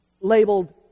labeled